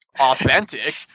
authentic